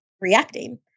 reacting